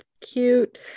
cute